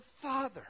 Father